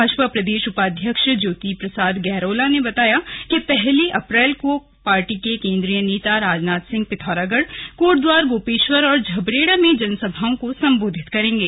भाजपा प्रदेश उपाध्यक्ष ज्योति प्रसाद गैरोला ने बताया कि पहली अप्रैल को पार्टी के केंद्रीय नेता राजनाथ सिंह पिथौरागढ़ कोटद्वार गोपेश्वर और झबरेड़ा में जनसभाओं को संबोधित करेंगे